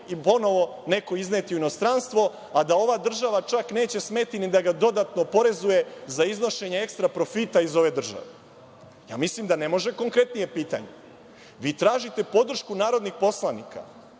ponovo neko izneti u inostranstvo, a da ova država čak neće smeti ni da ga dodatno oporezuje za iznošenje ekstraprofita iz ove države? Mislim da ne može konkretnije pitanje. Vi tražite podršku narodnih poslanika